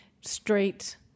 straight